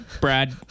Brad